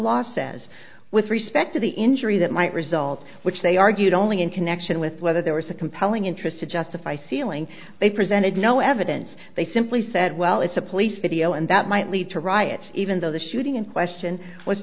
law says with respect to the injury that might result which they argued only in connection with whether there was a compelling interest to justify stealing they presented no evidence they simply said well it's a police video and that might lead to riots even though the shooting in question was